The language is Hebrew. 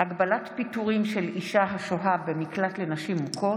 (הגבלת פיטורים של אישה השוהה במקלט לנשים מוכות),